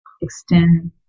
extend